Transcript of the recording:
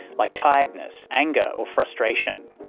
like tiredness, anger, or frustration.